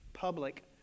Public